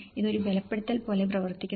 ഇത് ഒരു ബലപ്പെടുത്തൽ പോലെ പ്രവർത്തിക്കുന്നു